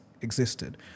existed